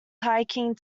hiking